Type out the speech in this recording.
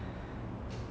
ya ya ya ya